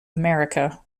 america